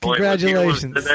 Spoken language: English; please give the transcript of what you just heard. Congratulations